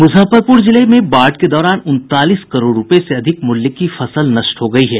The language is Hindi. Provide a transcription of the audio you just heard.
मुजफ्फरपुर जिले में बाढ़ के दौरान उनतालीस करोड़ रूपये से अधिक मुल्य की फसल नष्ट हो गयी है